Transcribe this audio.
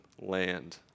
land